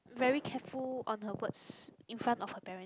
very careful on her words in front of her parent